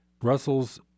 Brussels